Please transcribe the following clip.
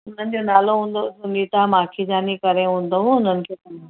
हुननि जो नालो हूंदो सुनिता माखीजाणी करे हूंदव हुननि खे